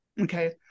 Okay